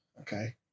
Okay